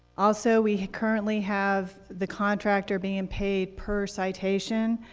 also, we currently have the contractor being and paid per citation.